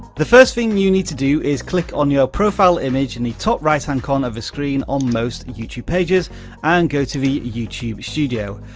the first thing you need to do is click on your profile image in the top right-hand corner of the screen on most youtube pages and go to the youtube studio.